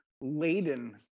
laden